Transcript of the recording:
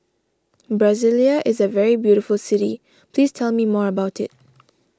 Brasilia is a very beautiful city please tell me more about it